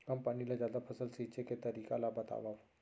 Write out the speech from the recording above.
कम पानी ले जादा फसल सींचे के तरीका ला बतावव?